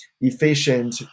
efficient